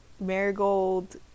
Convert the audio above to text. marigold